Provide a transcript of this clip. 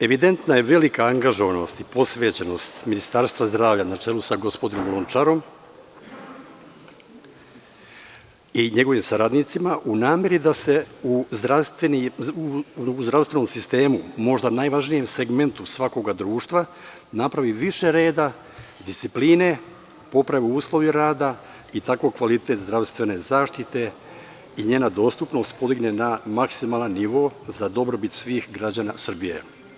Evidentna je velika angažovanost i posvećenost Ministarstva zdravlja, na čelu sa gospodinom Lončarom i njegovim saradnicima, u nameri da se u zdravstvenom sistemu, možda najvažnijem segmentu svakoga društva, napravi više reda, discipline, poprave uslovi rada i tako kvalitet zdravstvene zaštite i njena dostupnost podigne na maksimalan nivo za dobrobit svih građana Srbije.